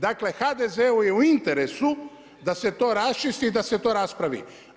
Dakle HDZ-u je u interesu da se to raščisti i da se to raspravi.